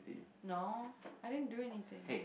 no I didn't do anything